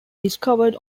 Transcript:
discovered